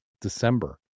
December